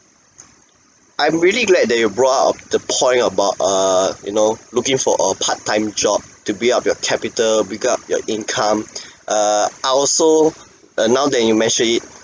I'm really glad that you brought up a the point about err you know looking for a part-time job to build up your capital pick up your income err I also uh now that you mentioned it